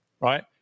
right